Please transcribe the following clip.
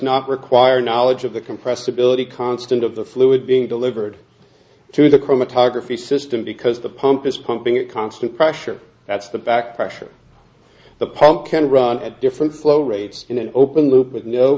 not require knowledge of the compressibility constant of the fluid being delivered to the chromatography system because the pump is pumping a constant pressure that's the back pressure the pump can run at different flow rates in an open loop with no